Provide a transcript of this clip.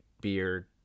beard